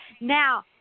Now